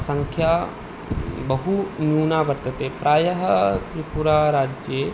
सङ्ख्या बहुन्यूना वर्तते प्रायः त्रिपुराराज्ये